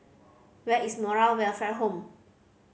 where is Moral Welfare Home